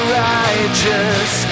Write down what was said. righteous